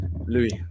Louis